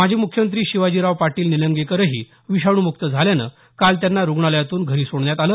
माजी मुख्यमंत्री शिवाजीराव पाटील निलंगेकरही विषाणू मुक्त झाल्यामुळे काल त्यांना रुग्णालयातून घरी सोडण्यात आलं